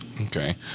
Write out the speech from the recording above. Okay